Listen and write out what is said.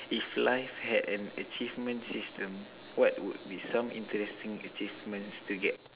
if life had an achievement system what would be some interesting achievements to get